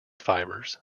fibers